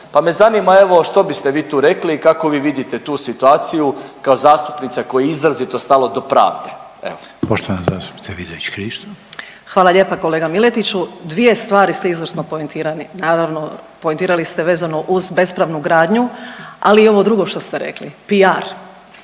pa me zanima evo što biste vi tu rekli i kako vi vidite tu situaciju kao zastupnica kojoj je izrazito stalo do pravde. Evo. **Reiner, Željko (HDZ)** Poštovana zastupnica Vidović Krišto. **Vidović Krišto, Karolina (OIP)** Hvala lijepa kolega Miletiću. Dvije stvari ste izvrsno poentirali. Naravno, poentirali ste vezano uz bespravnu gradnju, ali i ovo drugo što ste rekli PR.